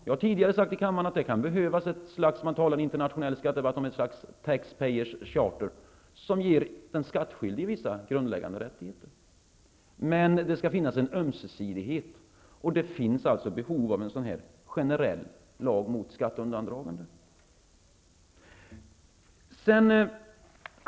Jag har tidigare i kammaren sagt att att det kan behövas vad man i internationell skattedebatt kallar Tax Payers Charter, som ger den skattskyldige vissa grundläggande rättigheter. Men det skall finnas en ömsesidighet, och det finns behov av en generell lag mot skatteundandraganden.